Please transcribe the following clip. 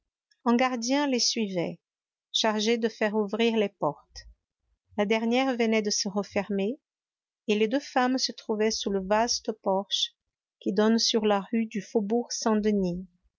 un gardien les suivait chargé de faire ouvrir les portes la dernière venait de se refermer et les deux femmes se trouvaient sous le vaste porche qui donne sur la rue du